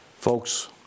Folks